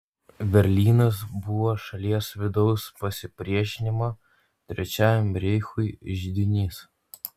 berlynas buvo šalies vidaus pasipriešinimo trečiajam reichui židinys